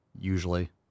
Usually